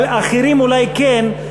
אבל על אחרים אולי כן,